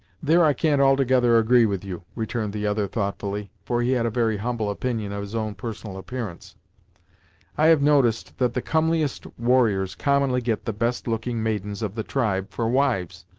there i can't altogether agree with you, returned the other thoughtfully, for he had a very humble opinion of his own personal appearance i have noticed that the comeliest warriors commonly get the best-looking maidens of the tribe for wives,